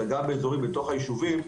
אלא גם על אזורים בתוך היישובים.